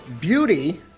beauty